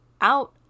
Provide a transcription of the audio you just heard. out